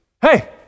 Hey